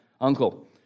uncle